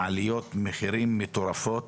עליות מחירים מטורפות